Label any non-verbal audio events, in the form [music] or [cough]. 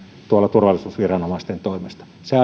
turvallisuusviranomaisten toimesta se [unintelligible]